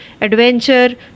adventure